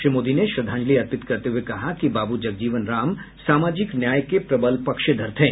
श्री मोदी ने श्रद्धांजलि अर्पित करते हुए कहा कि बाबू जगजीवन राम सामाजिक न्याय के प्रबल पक्षधर थे